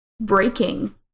breaking